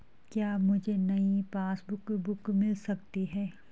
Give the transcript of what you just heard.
क्या मुझे नयी पासबुक बुक मिल सकती है?